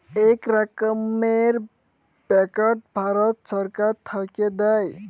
ইক রকমের ব্যাংকট ভারত ছরকার থ্যাইকে দেয়